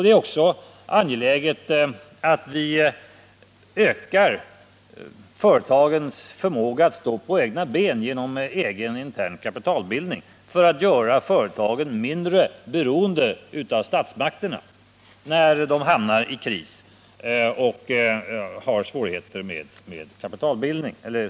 Det är också angeläget att vi ökar företagens förmåga att stå på egna ben genom egen, intern kapitalbildning för att göra dem mindre beroende av statsmakterna.